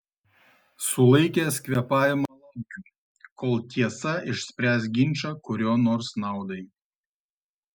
sulaikęs kvėpavimą laukiu kol tiesa išspręs ginčą kurio nors naudai